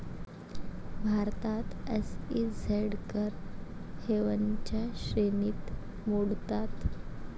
भारतात एस.ई.झेड कर हेवनच्या श्रेणीत मोडतात